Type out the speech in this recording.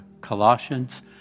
Colossians